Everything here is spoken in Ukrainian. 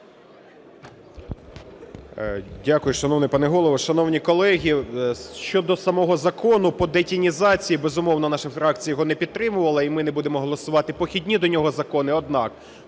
Дякую. Шановний пане Голово, шановні колеги! Щодо самого закону по детінізації, безумовно, наша фракція його не підтримувала, і ми не будемо голосувати похідні до нього закони. Однак,